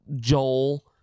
Joel